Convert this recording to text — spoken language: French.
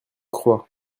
croix